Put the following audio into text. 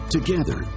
Together